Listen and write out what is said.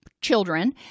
children